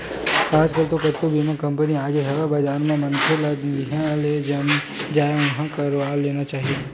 आजकल तो कतको बीमा कंपनी आगे हवय बजार म मनखे ल जिहाँ ले जम जाय उहाँ ले करवा लेना चाही